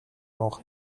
noch